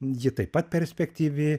ji taip pat perspektyvi